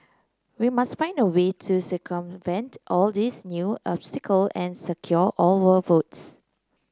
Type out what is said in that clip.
we must find a way to circumvent all these new obstacle and secure our votes